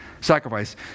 Sacrifice